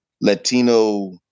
Latino